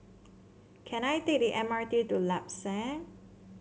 can I take the M R T to Lam San